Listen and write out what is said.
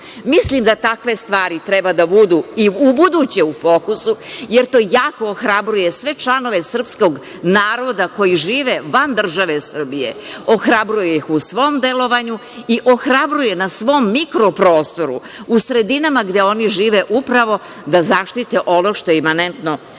Mislim da takve stvari treba da budu i u buduće u fokusu jer to jako ohrabruje sve članove srpskog naroda koji žive van države Srbije, ohrabruje ih u svom delovanju i ohrabruje na svom mikro prostoru, u sredinama gde oni žive, upravo da zaštite ono što je imanentno samom